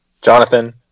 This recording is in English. Jonathan